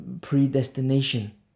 predestination